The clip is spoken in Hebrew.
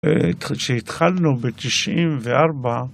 כשהתחלנו בתשעים וארבע